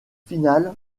finales